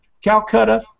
Calcutta